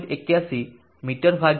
81 મીસે2 છે